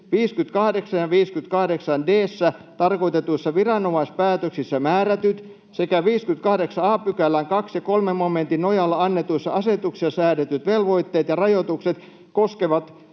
58 d §:ssä tarkoitetuissa viranomaispäätöksissä määrätyt sekä 58 a §:n 2 ja 3 momentin nojalla annetuissa asetuksissa säädetyt velvoitteet ja rajoitukset koskevat